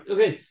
Okay